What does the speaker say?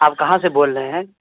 آپ کہاں سے بول رہے ہیں